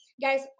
guys